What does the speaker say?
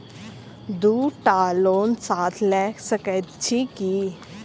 दु टा लोन साथ लऽ सकैत छी की?